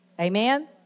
Amen